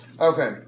Okay